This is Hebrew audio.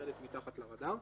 לרדת מתחת לרדאר.